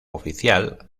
oficial